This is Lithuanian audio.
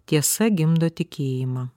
tiesa gimdo tikėjimą